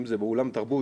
אם זה באולם תרבות,